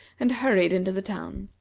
and hurried into the town.